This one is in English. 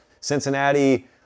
Cincinnati